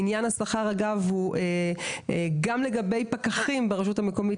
עניין השכר הוא גם לגבי פקחים ברשות המקומית,